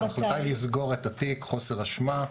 ההחלטה לסגור את התיק, חוסר אשמה.